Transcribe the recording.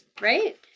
Right